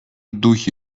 духе